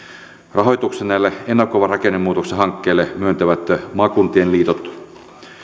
rahoituksen näille ennakoidun rakennemuutoksen hankkeille myöntävät maakuntien liitot